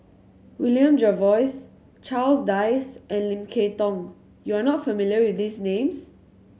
William Jervois Charles Dyce and Lim Kay Tong you are not familiar with these names